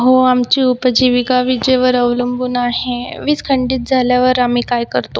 हो आमची उपजीविका विजेवर अवलंबून आहे वीज खंडित झाल्यावर आम्ही काय करतो